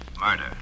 Murder